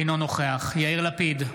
אינו נוכח יאיר לפיד,